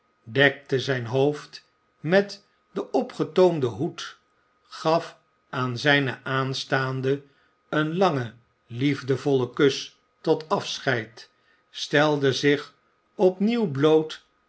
dekte zijn hoofd met den opgetoomden hoed gaf aan zijne aanstaande een langen liefdevollen kus tot afscheid stelde zich opnieuw bloot